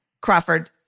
crawford